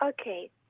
Okay